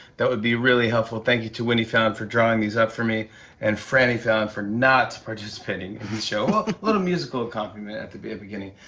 that would be really helpful. thank you to winnie fallon for drawing these up for me and franny fallon for not participating in the show well, a little musical accompaniment at the beginning.